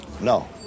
No